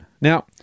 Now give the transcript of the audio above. Now